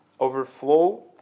overflow